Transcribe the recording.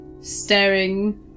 staring